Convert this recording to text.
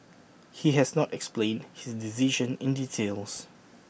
he has not explained his decision in details